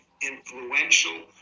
influential